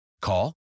Call